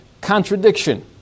contradiction